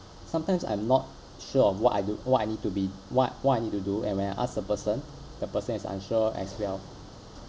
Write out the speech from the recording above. sometimes I'm not sure of what I do what I need to be what what I need to do and when I ask a person the person is unsure as well